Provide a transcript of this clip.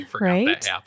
right